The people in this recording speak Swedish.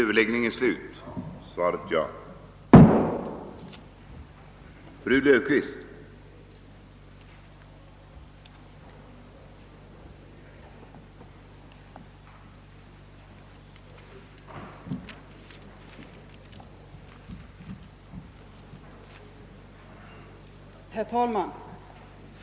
Herr talman!